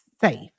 safe